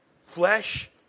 Flesh